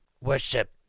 worship